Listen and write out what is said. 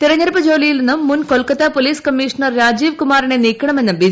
തെരഞ്ഞെടുപ്പ് ജോലിയിൽ നിന്നും മുൻ കൊൽക്കത്ത പോലീസ് കമ്മീഷണർ രാജീവ് കുമാറിനെ നീക്കണമെന്നും ബി